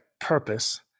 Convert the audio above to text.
purpose